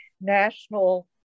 national